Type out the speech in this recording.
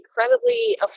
incredibly